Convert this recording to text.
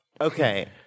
okay